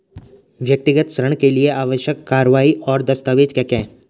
व्यक्तिगत ऋण के लिए आवश्यक कार्यवाही और दस्तावेज़ क्या क्या हैं?